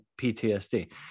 PTSD